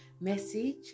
message